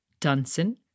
Dunson